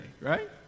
right